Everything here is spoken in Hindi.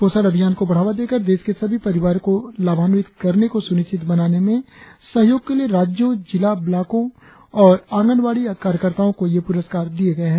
पोषण अभियान को बढ़ावा देकर देश के सभी परिवारों को लाभान्वित करने को सुनिश्चित बनाने में योगदान के लिए राज्यों जिलों ब्लॉकों और आंगनवाड़ी कार्यकर्ताओं को ये पुरस्कार दिए गए हैं